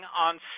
on